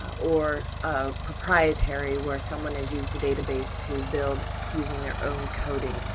or ah proprietary, where someone has used a database to build using their own coding.